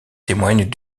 témoigne